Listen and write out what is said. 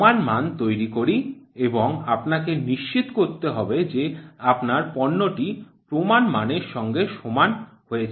প্রমাণমান নির্ধারণ মানে আমরা প্রমান মান তৈরি করি এবং আপনাকে নিশ্চিত করতে হবে যে আপনার পণ্যটি প্রমাণ মানের সঙ্গে সমান হয়েছে